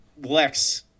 lex